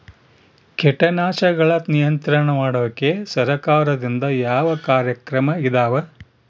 ಕೇಟನಾಶಕಗಳ ನಿಯಂತ್ರಣ ಮಾಡೋಕೆ ಸರಕಾರದಿಂದ ಯಾವ ಕಾರ್ಯಕ್ರಮ ಇದಾವ?